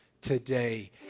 today